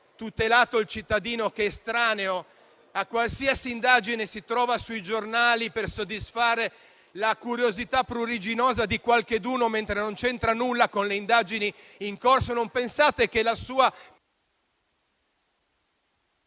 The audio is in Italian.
tutelato il cittadino che, estraneo a qualsiasi indagine, si trova sui giornali per soddisfare la curiosità pruriginosa di qualcheduno, mentre non c'entra nulla con le indagini in corso? Non pensate che la